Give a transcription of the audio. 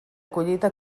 collita